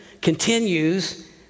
continues